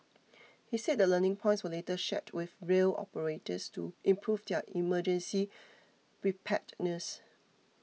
he said the learning points were later shared with rail operators to improve their emergency preparedness